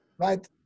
Right